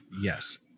Yes